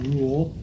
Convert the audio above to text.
Rule